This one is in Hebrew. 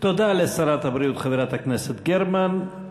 תודה לשרת הבריאות, חברת הכנסת גרמן.